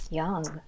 young